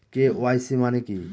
KYC মানে কি?